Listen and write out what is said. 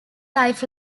life